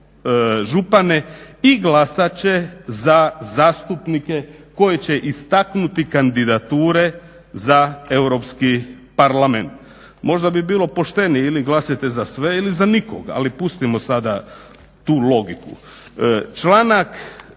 župane i glasat će za zastupnike koje će istaknuti kandidature za Europski parlament. Možda bi bilo poštenije, ili glasajte za sve ili za nikoga, ali pustimo sada tu logiku. Članak,